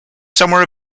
somewhere